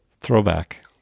Throwback